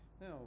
Now